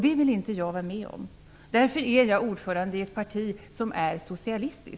Det vill inte jag vara med om, och därför är jag ordförande i ett parti som är socialistiskt.